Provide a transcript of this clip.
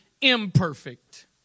imperfect